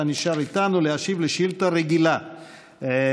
אתה נשאר איתנו להשיב על שאילתה רגילה מס'